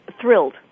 thrilled